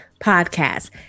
podcast